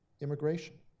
immigration